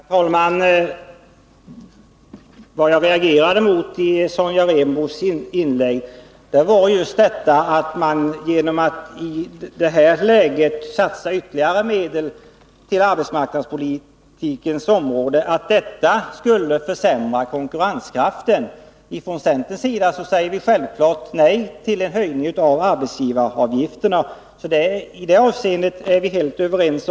Herr talman! Vad jag reagerar mot i Sonja Rembos inlägg är att det skulle försämra konkurrensen att i detta läge satsa ytterligare medel på arbetsmarknadspolitikens område. Från centerns sida säger vi självfallet nej till en höjning av arbetsgivaravgifterna. I det avseendet är vi helt överens.